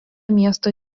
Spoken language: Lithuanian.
miesto